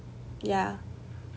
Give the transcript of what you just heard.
ya